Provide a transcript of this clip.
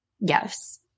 Yes